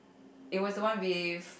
it was the one with